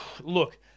Look